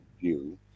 view